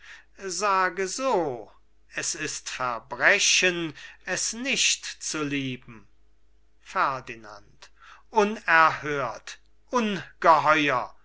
sage so es ist verbrechen sie nicht zu lieben ferdinand unerhört ungeheuer